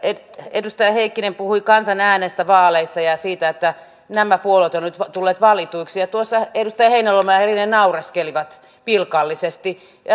edustaja heikkinen puhui kansan äänestä vaaleissa ja siitä että nämä puolueet ovat nyt tulleet valituiksi ja tuossa edustajat heinäluoma ja rinne naureskelivat pilkallisesti